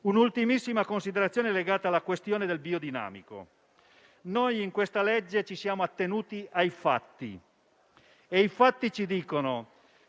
Un'ultima considerazione è legata alla questione del biodinamico. Noi in questa legge ci siamo attenuti ai fatti e i fatti dicono